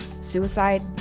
suicide